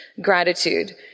gratitude